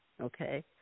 Okay